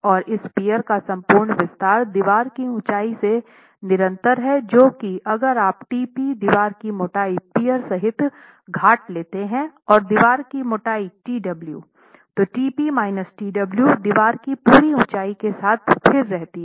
और इस पियर का संपूर्ण विस्तार दीवार की ऊँचाई से निरंतर है जो कि अगर आप tp दीवार की मोटाई पियर सहित घाट लेते हैं और दीवार की मोटाई t w t p t w दीवार की पूरी ऊंचाई के साथ स्थिर रहती है